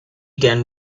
can